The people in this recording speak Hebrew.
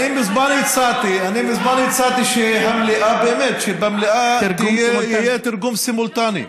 אני מזמן הצעתי שבמליאה יהיה תרגום סימולטני.